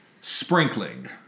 sprinkling